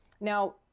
now